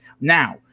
now